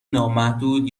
نامحدود